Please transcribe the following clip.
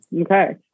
Okay